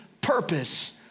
purpose